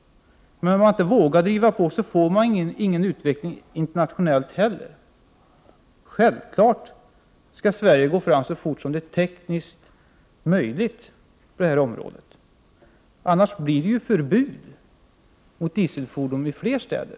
Men om man inte vågar driva på, får man inte heller någon utveckling internationellt. Det är självklart att Sverige på det här området skall gå fram så fort som det är tekniskt möjligt. Annars blir det ju så småningom förbud mot dieselfordon i fler städer.